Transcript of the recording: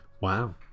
wow